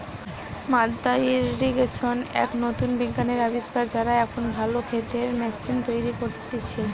মাদ্দা ইর্রিগেশন এক নতুন বিজ্ঞানের আবিষ্কার, যারা এখন ভালো ক্ষেতের ম্যাশিন তৈরী করতিছে